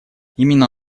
именно